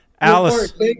alice